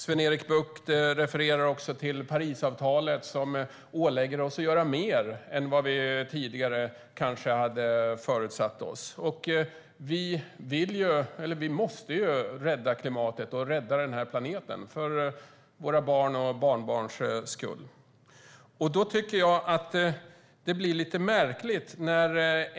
Sven-Erik Bucht refererar också till Parisavtalet, som ålägger oss att göra mer än vad vi tidigare kanske hade föresatt oss. Vi måste rädda klimatet och rädda den här planeten för våra barns och barnbarns skull. Då tycker jag att det här blir lite märkligt.